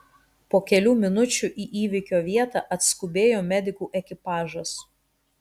po kelių minučių į įvykio vietą atskubėjo medikų ekipažas